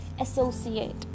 associate